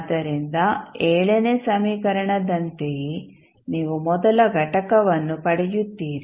ಆದ್ದರಿಂದ ನೇ ಸಮೀಕರಣದಂತೆಯೇ ನೀವು ಮೊದಲ ಘಟಕವನ್ನು ಪಡೆಯುತ್ತೀರಿ